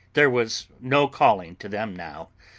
there was no calling to them now,